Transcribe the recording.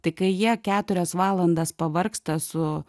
tai kai jie keturias valandas pavargsta su